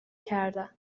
کردن